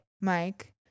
Mike